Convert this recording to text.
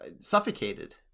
suffocated